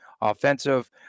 offensive